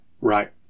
Right